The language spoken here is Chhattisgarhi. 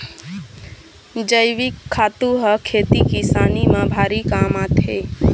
जइविक खातू ह खेती किसानी म भारी काम आथे